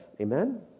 Amen